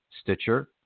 Stitcher